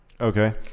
Okay